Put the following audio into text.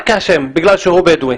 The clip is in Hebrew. רק השם, בגלל שהוא בדואי.